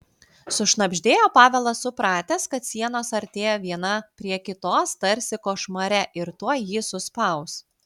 sušnabždėjo pavelas supratęs kad sienos artėja viena prie kitos tarsi košmare ir tuoj jį suspaus